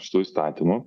su įstatymu